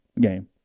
game